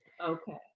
Okay